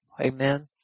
Amen